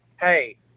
hey